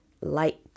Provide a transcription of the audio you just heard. light